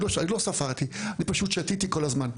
אני לא ספרתי, אני פשוט שתיתי כל הזמן.